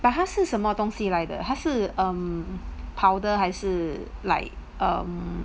but 他是什么东西来的还是 err um powder 还是 like err mm